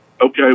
Okay